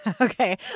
okay